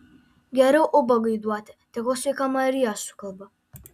geriau ubagui duoti tegul sveika marija sukalba